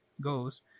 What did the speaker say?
goes